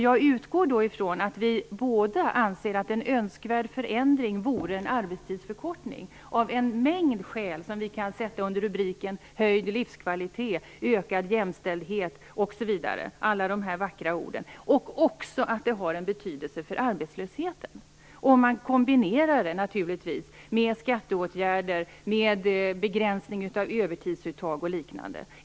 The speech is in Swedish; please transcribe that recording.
Jag utgår då från att vi båda anser att en önskvärd förändring vore en arbetstidsförkortning av en mängd skäl som vi kan sätta under rubriken höjd livskvalitet, ökad jämställdhet osv. - alla de vackra orden. Arbetstidsförkortningen har också betydelse för arbetslösheten, naturligtvis i kombination med skatteåtgärder, begränsning av övertidsuttag och liknande.